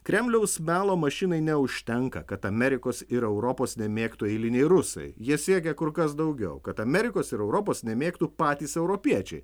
kremliaus melo mašinai neužtenka kad amerikos ir europos nemėgtų eiliniai rusai jie siekia kur kas daugiau kad amerikos ir europos nemėgtų patys europiečiai